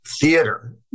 theater